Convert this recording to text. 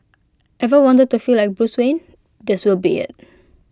ever wanted to feel like Bruce Wayne this will be IT